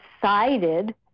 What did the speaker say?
decided